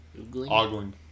Ogling